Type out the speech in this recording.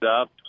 up